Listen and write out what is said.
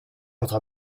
votre